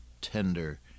tender